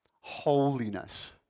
holiness